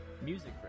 Music